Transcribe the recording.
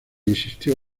insistió